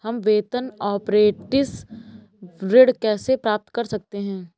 हम वेतन अपरेंटिस ऋण कैसे प्राप्त कर सकते हैं?